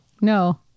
No